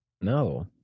No